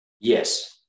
Yes